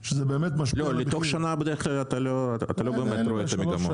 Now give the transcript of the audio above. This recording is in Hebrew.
כי תוך שנה אתה לא באמת רואה את המגמות.